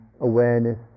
awareness